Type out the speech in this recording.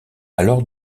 alors